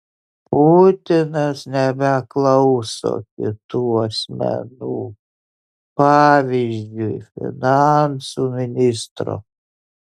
putinas nebeklauso kitų asmenų pavyzdžiui finansų ministro